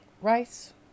rice